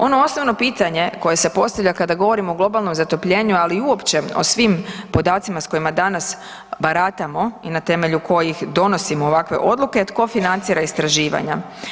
Ono osnovno pitanje koje se postavlja kada govorimo o globalnom zatopljenju, ali i uopće o svim podacima s kojima danas baratamo i na temelju kojih donosimo ovakve odluke, tko financira istraživanja?